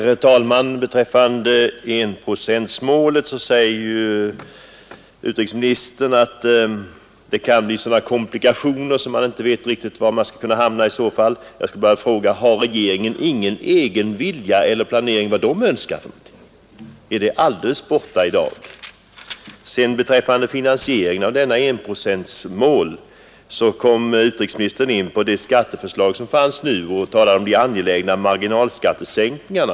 Herr talman! Beträffande enprocentsmålet sade utrikesministern att det kan bli sådana komplikationer att man inte riktigt vet var man skulle kunna hamna. Jag vill bara fråga: Har regeringen ingen egen vilja eller planering för vad den önskar? Är det alldeles borta i dag? När utrikesministern talade om finansieringen av insatser som når upp till enprocentsmålet kom han in på det skatteförslag som föreligger och de angelägna marginalskattesänkningarna.